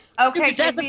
Okay